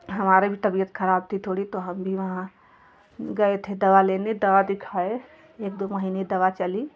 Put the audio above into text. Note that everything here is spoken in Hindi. हमारी भी तबीयत ख़राब थी थोड़ी तो हम भी वहाँ गए थे दवा लेने दवा भी खाए एक दो महीने दवा चली